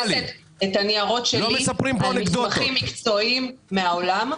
אני מבססת את הניירות שלי על מסמכים מקצועיים מהעולם,